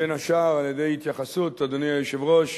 בין השאר על-ידי התייחסות, אדוני היושב-ראש,